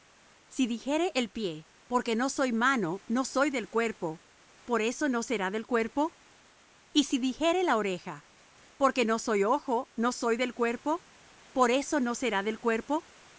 si dijere el pie porque no soy mano no soy del cuerpo por eso no será del cuerpo y si dijere la oreja porque no soy ojo no soy del cuerpo por eso no será del cuerpo